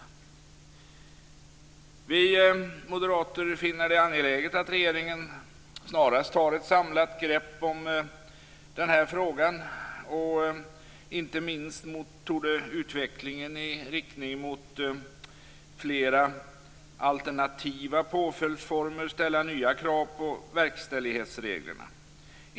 Vi moderater finner det angeläget att regeringen snarast tar ett samlat grepp om den här frågan. Inte minst torde utvecklingen i riktning mot flera alternativa påföljdsformer ställa nya krav på verkställighetsreglerna.